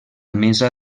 mesa